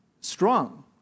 strong